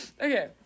Okay